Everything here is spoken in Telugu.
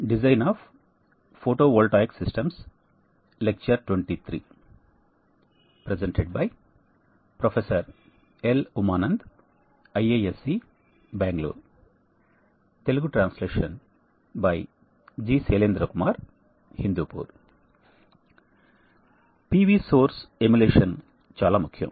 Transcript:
PV సోర్స్ ఎమ్యులేషన్ చాలా ముఖ్యం